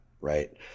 right